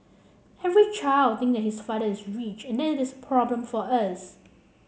every child think his father is rich and that is a problem for us